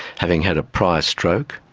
having had a prior stroke,